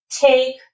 take